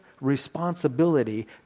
responsibility